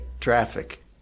Traffic